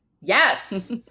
Yes